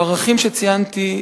או הערכים שציינתי,